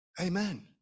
Amen